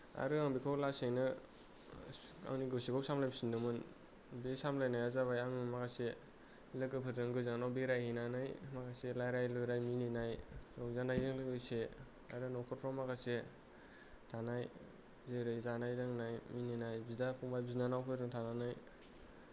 आरो आं बेखौ लासैनो आंनि गोसोखौ सामलायफिनदोंमोन बे सामलायनाया जाबाय आं माखासे लोगोफोरजों गोजानाव बेरायहैनानै माखासे लायराय लुराय मिनिनाय रंजानायजों लोगोसे आरो न'खरफ्राव माखासे थानाय जेरै जानाय लोंनाय मिनिनाय बिदा फंबाय बिनानावफोरजों थानानै